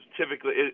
typically